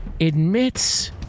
admits